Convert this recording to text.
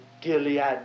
Gilead